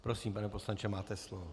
Prosím, pane poslanče, máte slovo.